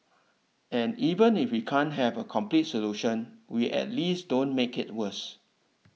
and even if we can't have a complete solution we at least don't make it worse